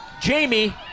Jamie